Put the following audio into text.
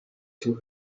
till